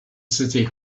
city